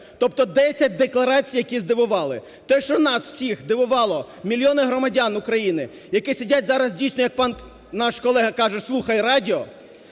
Тобто 10 декларацій, які здивували. Те, що нас всіх дивувало, мільйони громадян України, які сидять зараз, дійсно, як пан наш колега каже, слухає радіо,